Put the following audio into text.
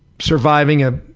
surviving a